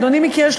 אדוני מכיר,